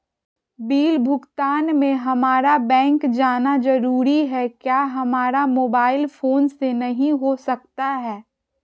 Bill भुगतान में हम्मारा बैंक जाना जरूर है क्या हमारा मोबाइल फोन से नहीं हो सकता है?